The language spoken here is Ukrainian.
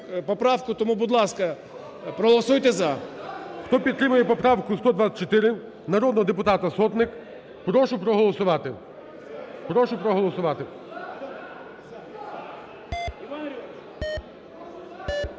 тому, будь ласка, проголосуйте "за". ГОЛОВУЮЧИЙ. Хто підтримує поправку 124 народного депутата Сотник, прошу проголосувати, прошу проголосувати.